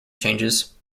changes